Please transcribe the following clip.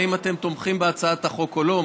האם אתם תומכים בהצעת החוק או לא?